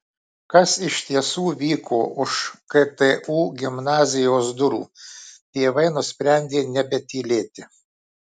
kas iš tiesų vyko už ktu gimnazijos durų tėvai nusprendė nebetylėti